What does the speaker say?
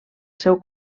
seu